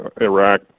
Iraq